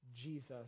Jesus